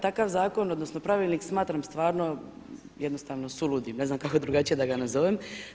Takav zakon, odnosno pravilnik smatram jednostavno suludim, ne znam kako drugačije da ga nazovem.